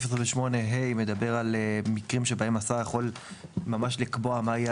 סעיף 28(ה) מדבר על מקרים שבהם השר יכול ממש לקבוע מה תהיה